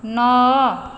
ନଅ